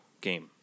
game